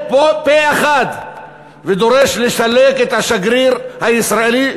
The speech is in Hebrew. פה-אחד ודורש לסלק את השגריר הישראלי,